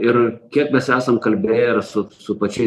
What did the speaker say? ir kiek mes esam kalbėję ir su su pačiais